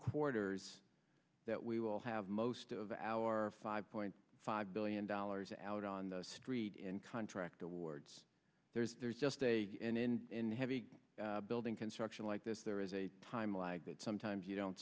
quarters that we will have most of our five point five billion dollars out on the street in contract awards there's there's just a in heavy building construction like this there is a time lag that sometimes you don't